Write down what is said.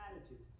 attitudes